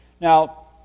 Now